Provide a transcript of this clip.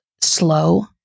slow